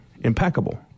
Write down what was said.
impeccable